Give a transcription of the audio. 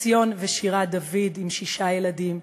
עציון ושירה דוד עם שישה ילדים,